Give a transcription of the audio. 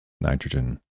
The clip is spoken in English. nitrogen